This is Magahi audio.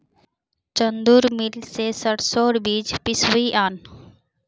चंदूर मिल स सरसोर बीज पिसवइ आन